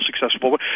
successful